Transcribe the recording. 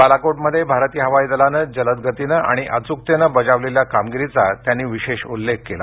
बालाकोटमध्ये भारतीय हवाई दलानं जलद गतीनं आणि अचूकतेनं बजावलेल्या कामगिरीचा त्यांनी विशेष उल्लेख केला